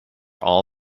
all